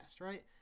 right